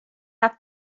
have